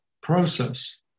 process